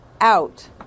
out